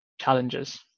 challenges